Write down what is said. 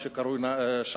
מה שנקרא שער-אפרים.